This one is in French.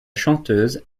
chanteuse